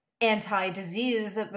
anti-disease